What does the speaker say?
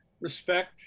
respect